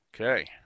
Okay